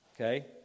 okay